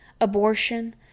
abortion